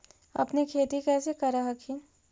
अपने खेती कैसे कर हखिन?